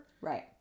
Right